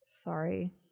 sorry